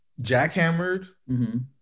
Jackhammered